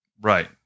Right